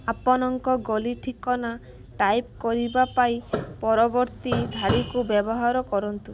ଆପଣଙ୍କ ଗଳି ଠିକଣା ଟାଇପ୍ କରିବା ପାଇଁ ପରବର୍ତ୍ତୀ ଧାଡ଼ିକୁ ବ୍ୟବହାର କରନ୍ତୁ